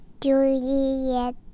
Juliet